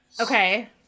Okay